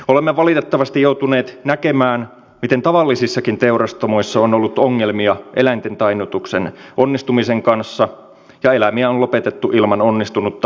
olemme valitettavasti joutuneet näkemään miten tavallisissakin teurastamoissa on ollut ongelmia eläinten tainnutuksen onnistumisen kanssa ja eläimiä on lopetettu ilman onnistunutta tainnutusta